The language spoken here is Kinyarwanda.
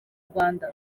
rwanda